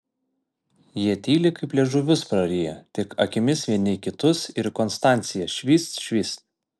jie tyli kaip liežuvius prariję tik akimis vieni į kitus ir į konstanciją švyst švyst